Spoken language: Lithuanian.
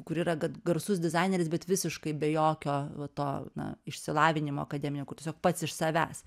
kur yra garsus dizaineris bet visiškai be jokio va to na išsilavinimo akademinio kur tiesiog pats iš savęs